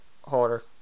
holder